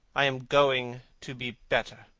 i am going to be better.